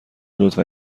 لطفا